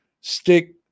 stick